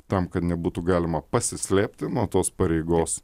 tam kad nebūtų galima pasislėpti nuo tos pareigos